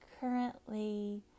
currently